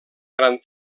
gran